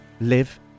live